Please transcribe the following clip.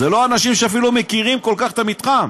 זה לא אנשים שאפילו מכירים כל כך את המתחם.